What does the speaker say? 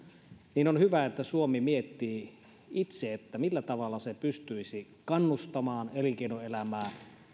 on hyvä että suomi miettii itse millä tavalla se pystyisi kannustamaan elinkeinoelämää